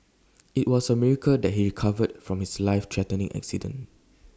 IT was A miracle that he recovered from his life threatening accident